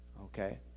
okay